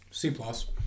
C-plus